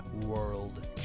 World